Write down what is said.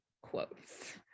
quotes